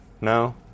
No